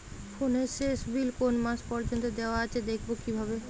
ফোনের শেষ বিল কোন মাস পর্যন্ত দেওয়া আছে দেখবো কিভাবে?